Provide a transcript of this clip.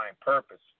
purpose